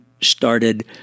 started